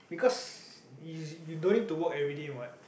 because you you don't need to work everyday what